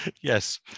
yes